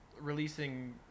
releasing